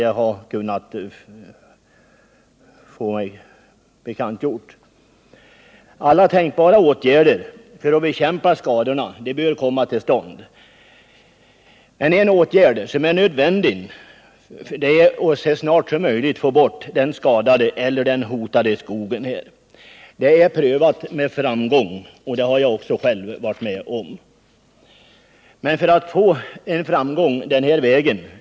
Alla tänkbara åtgärder för att bekämpa skadorna bör vidtas. En åtgärd är att så snabbt som möjligt avlägsna skadad eller hotad skog. Den metoden är prövad med framgång, vilket jag kan vitsorda då jag själv har erfarenhet av den.